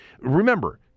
remember